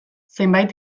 zenbait